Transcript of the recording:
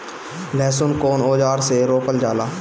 लहसुन कउन औजार से रोपल जाला?